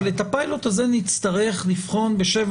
אבל את הפילוט הזה נצטרך לבחון בשבע